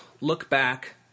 look-back